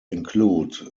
include